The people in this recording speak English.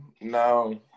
no